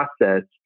process